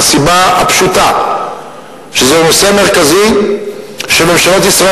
מהסיבה הפשוטה שזה נושא מרכזי שממשלות ישראל